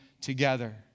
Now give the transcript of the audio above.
together